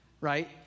right